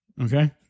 okay